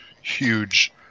huge